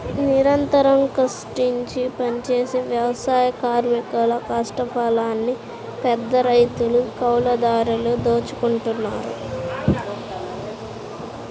నిరంతరం కష్టించి పనిజేసే వ్యవసాయ కార్మికుల కష్టఫలాన్ని పెద్దరైతులు, కౌలుదారులు దోచుకుంటన్నారు